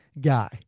guy